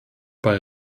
bei